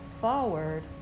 forward